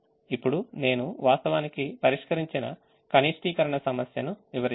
ఇప్పుడు నేను వాస్తవానికి పరిష్కరించిన కనిష్టీకరణ సమస్యను వివరిస్తాను